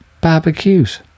Barbecues